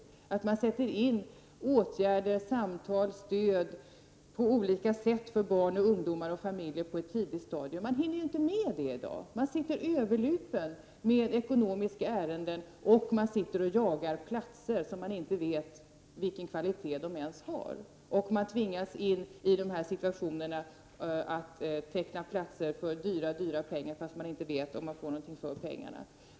Man behöver sätta in åtgärder, samtal, stöd på olika sätt för barn, ungdomar och familjer på ett tidigt stadium. Man hinner inte med det i dag. Man sitter överlupen med ekonomiska ärenden, och man jagar platser vilkas kvalitet man inte ens känner till. Man tvingas in i situationen att teckna platser för dyra pengar, fast man inte vet om man får något för pengarna.